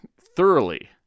thoroughly